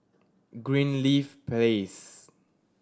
Greenleaf Place